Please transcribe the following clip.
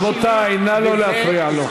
רבותי, נא לא להפריע לו.